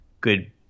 good